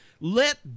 let